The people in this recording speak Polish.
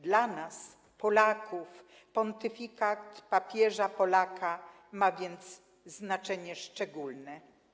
Dla nas, Polaków, pontyfikat papieża Polaka ma więc znaczenie szczególne.